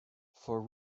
for